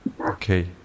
Okay